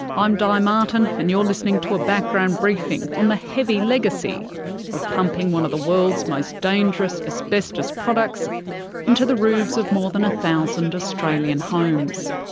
i'm di martin and you're listening to a background briefing on the heavy legacy of pumping one of the world's most dangerous asbestos products into the roofs of more than one thousand australian homes.